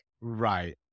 Right